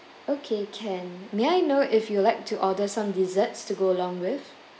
okay can may I know if you'd like to order some desserts to go along with